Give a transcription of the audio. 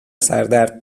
سردرد